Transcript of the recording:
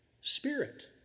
Spirit